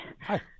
Hi